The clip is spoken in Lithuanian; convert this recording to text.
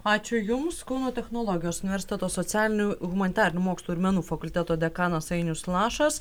ačiū jums kauno technologijos universiteto socialinių humanitarinių mokslų ir menų fakulteto dekanas ainius lašas